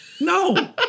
No